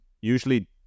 usually